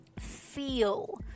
feel